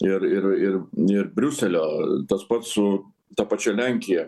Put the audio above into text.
ir ir ir ir briuselio tas pats su ta pačia lenkija